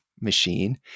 machine